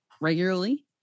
regularly